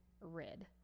red